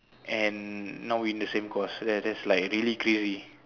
and now we're in the same course that that's like really crazy